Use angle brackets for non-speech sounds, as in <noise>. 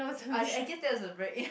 oh I guess that was a break <laughs>